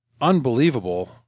unbelievable